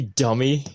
dummy